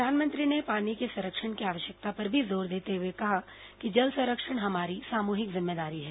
प्रधानमंत्री ने पानी के संरक्षण की आवश्यकता पर भी जोर देते हुए कहा कि जल संरक्षण हमारी सामूहिक जिम्मेदारी है